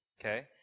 Okay